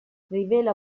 rivela